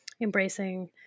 embracing